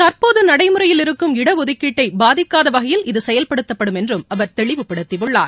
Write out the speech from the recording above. தற்போது நடைமுறையில் இருக்கும் இடஒதுக்கீட்டை பாதிக்காத வகையில் இது செயல்படுத்தப்படும் என்றும் அவர் தெளிவுப்படுத்தியுள்ளார்